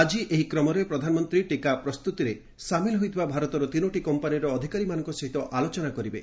ଆଜି ଏହି କ୍ରମରେ ପ୍ରଧାନମନ୍ତ୍ରୀ ଟିକା ପ୍ରସ୍ତୁତିରେ ସାମିଲ ହୋଇଥିବା ଭାରତର ତିନୋଟି କମ୍ପାନୀର ଅଧିକାରୀମାନଙ୍କ ସହିତ ଆଲୋଚନା କରିବେ